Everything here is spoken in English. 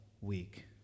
week